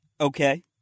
Okay